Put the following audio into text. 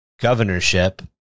governorship